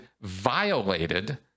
violated